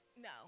No